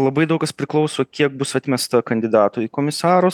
labai daug kas priklauso kiek bus atmesta kandidatų į komisarus